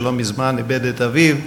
שלא מזמן איבד את אביו,